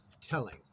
telling